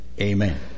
Amen